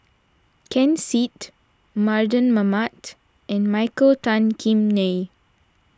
Ken Seet Mardan Mamat and Michael Tan Kim Nei